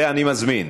ואני מזמין